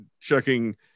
checking